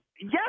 Yes